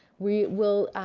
we will,